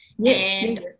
Yes